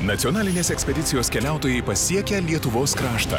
nacionalinės ekspedicijos keliautojai pasiekė lietuvos kraštą